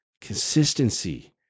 consistency